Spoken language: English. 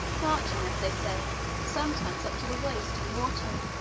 marching, as they say, sometimes up to the waist in water,